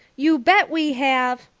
you bet we have,